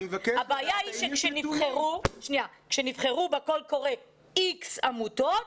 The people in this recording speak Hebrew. הבעיה היא שכשנבחרו בקול קוראX עמותות,